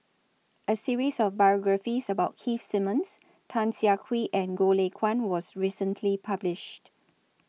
A series of biographies about Keith Simmons Tan Siah Kwee and Goh Lay Kuan was recently published